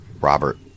robert